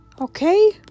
Okay